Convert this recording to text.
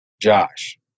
Josh